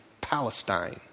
Palestine